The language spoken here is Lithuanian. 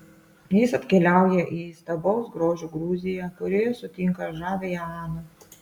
jis atkeliauja į įstabaus grožio gruziją kurioje sutinka žaviąją aną